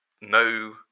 No